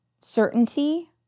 certainty